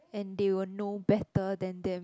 and they will know better than them